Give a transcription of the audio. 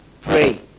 pray